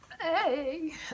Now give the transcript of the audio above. hey